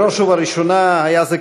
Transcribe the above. בראש ובראשונה היה זה,